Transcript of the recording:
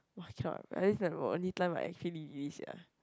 !wah! cannot only time I actually sia